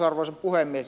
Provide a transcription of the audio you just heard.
arvoisa puhemies